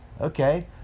okay